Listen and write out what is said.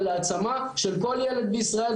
ולהעצמה של כל ילד בישראל,